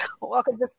Welcome